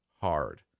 hard